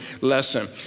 lesson